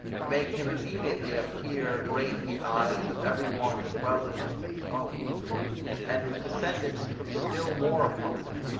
to make him immediately appear great in the eyes of every one as well as in his own and his descendants took still more upon them,